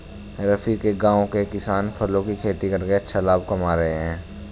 रफी के गांव के किसान फलों की खेती करके अच्छा लाभ कमा रहे हैं